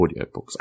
audiobooks